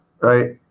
right